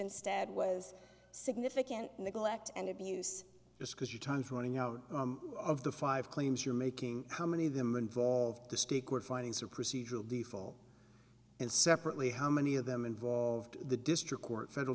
instead was significant neglect and abuse just because your time's running out of the five claims you're making how many of them involved the secret findings or procedural gleeful in separately how many of them involved the district court federal